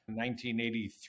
1983